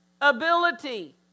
ability